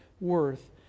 worth